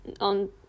on